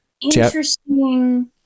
interesting